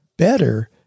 better